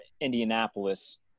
Indianapolis